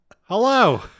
Hello